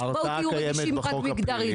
ההרתעה קיימת בחוק הפלילי,